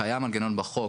קיים מנגנון בחוק,